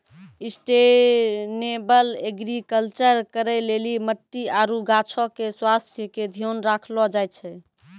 sustainable agriculture करै लेली मट्टी आरु गाछो के स्वास्थ्य के ध्यान राखलो जाय छै